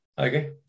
Okay